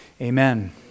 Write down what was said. amen